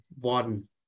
one